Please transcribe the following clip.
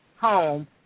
home